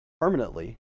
permanently